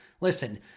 Listen